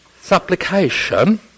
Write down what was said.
supplication